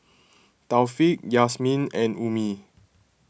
Taufik Yasmin and Ummi